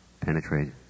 penetrate